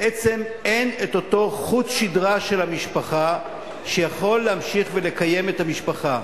בעצם אין אותו חוט שדרה של המשפחה שיכול להמשיך ולקיים את המשפחה.